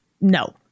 No